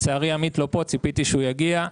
לצערי עמית לא פה, ציפיתי שהוא יגיע.